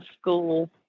school